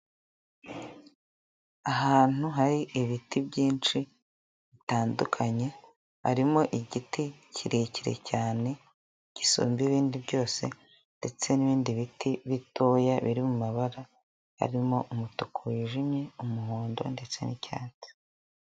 Ahantu hari ibiti byinshi bitandukanye harimo igiti kirekire cyane gisumba ibindi byose ndetse n'ibindi biti bitoya biri mu mabara arimo umutuku wijimye umuhondo ndetse n'icyatsi.